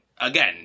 again